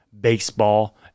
baseball